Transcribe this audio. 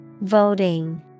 Voting